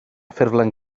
ffurflen